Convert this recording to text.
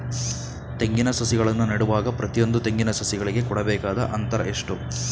ತೆಂಗಿನ ಸಸಿಗಳನ್ನು ನೆಡುವಾಗ ಪ್ರತಿಯೊಂದು ತೆಂಗಿನ ಸಸಿಗಳಿಗೆ ಕೊಡಬೇಕಾದ ಅಂತರ ಎಷ್ಟು?